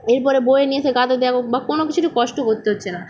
এরপরে বয়ে নিয়ে এসে বা কোনো কিছুরই কষ্ট করতে হচ্ছে না